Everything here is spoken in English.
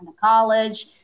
college